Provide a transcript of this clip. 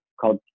called